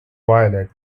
violet